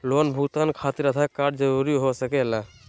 Loan भुगतान खातिर Aadhaar card जरूरी हो सके ला?